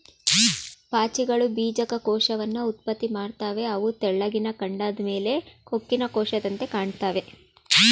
ಪಾಚಿಗಳು ಬೀಜಕ ಕೋಶವನ್ನ ಉತ್ಪತ್ತಿ ಮಾಡ್ತವೆ ಅವು ತೆಳ್ಳಿಗಿನ ಕಾಂಡದ್ ಮೇಲೆ ಕೊಕ್ಕಿನ ಕೋಶದಂತೆ ಕಾಣ್ತಾವೆ